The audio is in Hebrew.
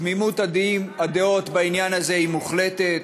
תמימות הדעים בעניין הזה היא מוחלטת,